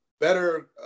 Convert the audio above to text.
better